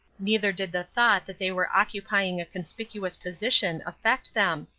neither did the thought that they were occupying a conspicuous position affect them.